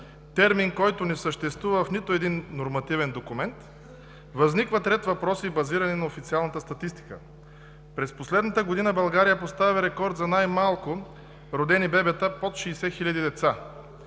термин, който не съществува в нито един нормативен документ, възникват редица въпроси, базирани на официалната статистика. През последната година България поставя рекорд за най-малко родени бебета – под 60 хиляди деца.